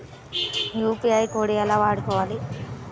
UPI code ఎలా వాడుకోవాలి?